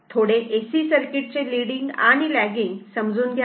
थोडे AC circuit चे leading आणि लॅग्गीन्ग समजून घ्या